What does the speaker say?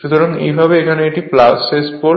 সুতরাং একইভাবে এই পাশে এটি S পোল